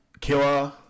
killer